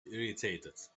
irritated